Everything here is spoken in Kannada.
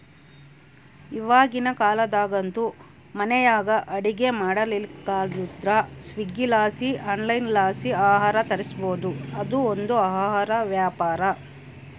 ಇವಾಗಿನ ಕಾಲದಾಗಂತೂ ಮನೆಯಾಗ ಅಡಿಗೆ ಮಾಡಕಾಗಲಿಲ್ಲುದ್ರ ಸ್ವೀಗ್ಗಿಲಾಸಿ ಆನ್ಲೈನ್ಲಾಸಿ ಆಹಾರ ತರಿಸ್ಬೋದು, ಅದು ಒಂದು ಆಹಾರ ವ್ಯಾಪಾರ